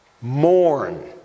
Mourn